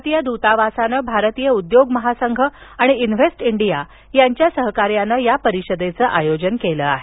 भारतीय दूतावासानं भारतीय उद्योग महासंघ आणि इन्व्हेस्ट इंडिया यांच्या सहकार्यानं या परिषदेचं आयोजन केलं आहे